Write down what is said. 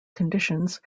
conditions